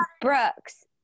Brooks